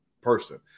person